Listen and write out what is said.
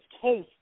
case